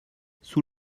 sous